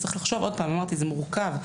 אמרתי, זה מורכב.